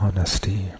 honesty